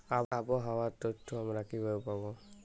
আবহাওয়ার তথ্য আমরা কিভাবে পাব?